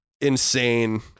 insane